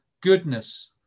goodness